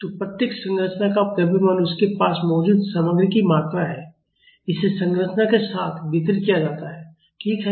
तो प्रत्येक संरचना का द्रव्यमान उसके पास मौजूद सामग्री की मात्रा है इसे संरचना के साथ वितरित किया जाता है ठीक है